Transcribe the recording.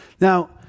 Now